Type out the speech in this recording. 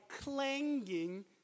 clanging